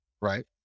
Right